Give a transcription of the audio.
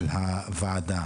הוועדה.